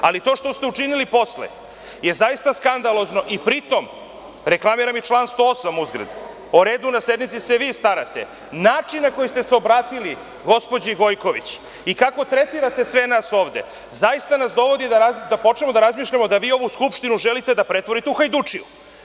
Ali, to što ste učinili posle je zaista skandalozno, pritom reklamiram i član 108, uzgred, o redu na sednici se vi starate, način na koji ste se obratili gospođi Gojković i kako tretirate sve nas ovde zaista nas dovodi da počnemo da razmišljamo da vi ovu Skupštinu želite da pretvorite u hajdučiju.